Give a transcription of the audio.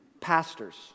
pastors